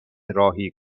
راهی